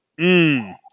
Mmm